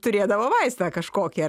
turėdavo vaistą kažkokį ar